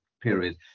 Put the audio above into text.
period